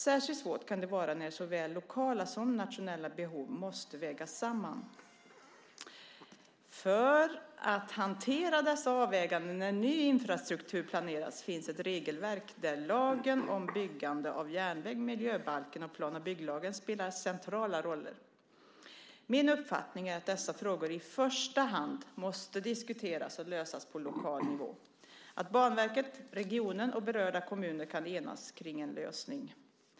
Särskilt svårt kan det vara när såväl lokala som nationella behov måste vägas samman. För att hantera dessa avväganden när ny infrastruktur planeras finns ett regelverk där lagen om byggande av järnväg, miljöbalken och plan och bygglagen spelar centrala roller. Min uppfattning är att dessa frågor i första hand måste diskuteras och lösas på lokal nivå - att Banverket, regionen och berörda kommuner kan enas kring en lösning.